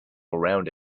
around